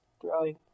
throwing